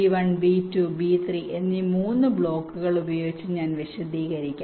B1 B2 B3 എന്നീ 3 ബ്ലോക്കുകൾ ഉപയോഗിച്ച് ഞാൻ വിശദീകരിക്കാം